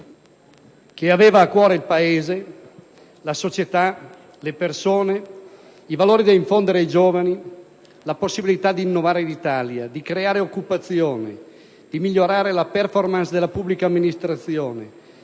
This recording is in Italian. che aveva a cuore il Paese, la società, le persone, i valori da infondere ai giovani, la possibilità di innovare in Italia, di creare occupazione, di migliorare la *performance* della pubblica amministrazione,